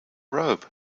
robe